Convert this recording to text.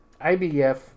IBF